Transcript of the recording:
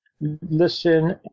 listen